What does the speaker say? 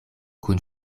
kun